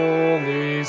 Holy